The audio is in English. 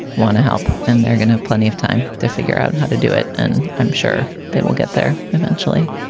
want to help. and they're gonna have plenty of time to figure out how to do it and i'm sure they will get there eventually.